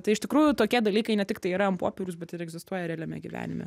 tai iš tikrųjų tokie dalykai ne tik tai yra ant popieriaus bet ir egzistuoja realiame gyvenime